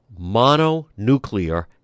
mononuclear